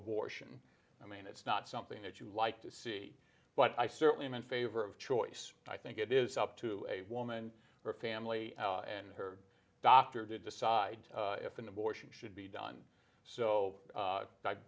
abortion i mean it's not something that you like to see but i certainly am in favor of choice i think it is up to a woman her family and her doctor to decide if an abortion should be done